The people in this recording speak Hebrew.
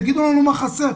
תגידו לנו מה חסר,